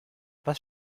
was